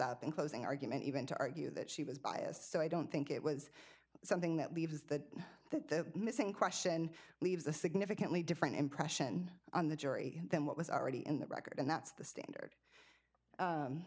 up in closing argument even to argue that she was biased so i don't think it was something that leaves that that the missing question leaves a significantly different impression on the jury than what was already in the record and that's the standard